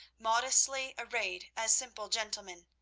modestly arrayed as simple gentlemen,